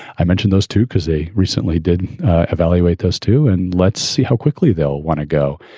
i mentioned those two because they recently did evaluate those two. and let's see how quickly they'll want to go.